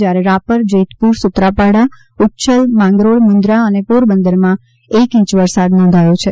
જ્યારે રાપર જેતપુર સૂત્રાપાડા ઉચ્છલ માંગરોળ મુંદ્રા અને પોરબંદરમાં એક ઇંચ વરસાદ થયો છે